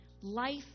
life